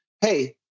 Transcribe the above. hey